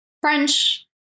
French